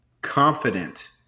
confident –